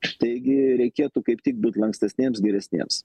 štai gi reikėtų kaip tik būti lankstesniems geresniems